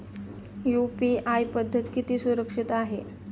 UPI पद्धत किती सुरक्षित आहे?